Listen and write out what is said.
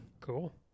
Cool